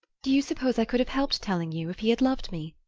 do you suppose i could have helped telling you, if he had loved me?